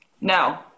No